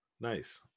Nice